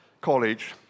college